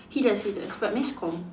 he does he does but mass comm